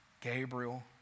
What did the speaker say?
Gabriel